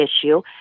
issue